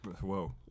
Whoa